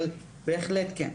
אבל בהחלט כן.